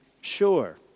sure